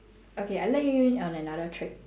okay I let you in on another trick